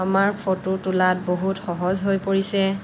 আমাৰ ফটো তোলাত বহুত সহজ হৈ পৰিছে